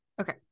Okay